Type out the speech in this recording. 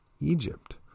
Egypt